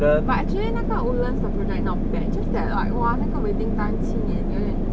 but actually 那个 woodlands 的 project not bad just that like !wah! 那个 waiting time 七年有点